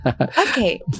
okay